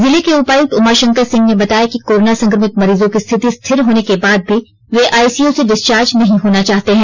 जिले के उपायुक्त उमा शंकर सिंह ने बताया कि कोरोना संक्रमित मरीजों की स्थिति स्थिर होने के बाद भी वे आईसीयू र्से डिस्चार्ज होना नहीं चाहते हैं